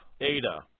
Ada